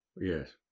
Yes